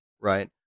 right